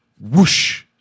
Whoosh